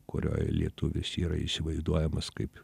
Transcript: kurioj lietuvis yra įsivaizduojamas kaip